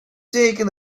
taking